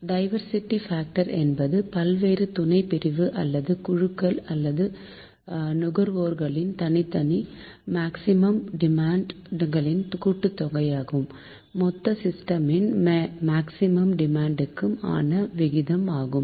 diversity factor என்பது பல்வேறு துணை பிரிவு அல்லது குழுக்கள் அல்லது நுகர்வோர்களின் தனித்தனி மேக்சிமம் டிமாண்ட் களின் கூட்டுத்தொகைக்கும் மொத்த சிஸ்டமின் மேக்சிமம் டிமாண்ட் க்கும் ஆன விகிதம் ஆகும்